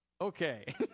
Okay